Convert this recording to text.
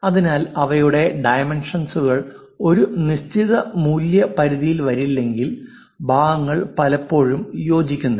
അതിനാൽ അവയുടെ ഡൈമെൻഷൻസ്കൾ ഒരു നിശ്ചിത മൂല്യ പരിധിയിൽ വരില്ലെങ്കിൽ ഭാഗങ്ങൾ പലപ്പോഴും യോജിക്കുന്നില്ല